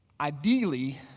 Ideally